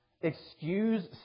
excuse